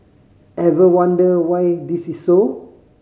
ever wonder why this is so